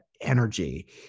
energy